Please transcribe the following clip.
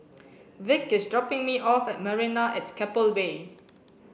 Vic is dropping me off at Marina at Keppel Bay